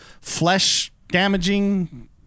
flesh-damaging